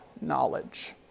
knowledge